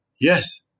Yes